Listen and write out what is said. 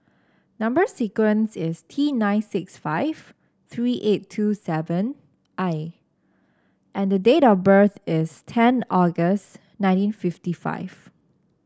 number sequence is T nine six five three eight two seven I and the date of birth is ten August nineteen fifty five